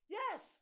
yes